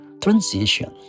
transition